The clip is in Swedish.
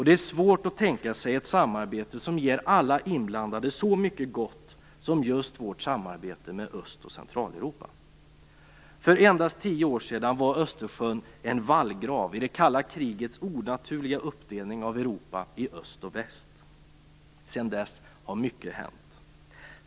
Det är svårt att tänka sig ett samarbete som ger alla inblandade så mycket gott som just vårt samarbete med För endast tio år sedan var Östersjön en vallgrav i det kalla krigets onaturliga uppdelning av Europa i öst och väst. Sedan dess har mycket hänt.